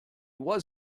was